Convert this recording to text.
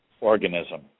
organism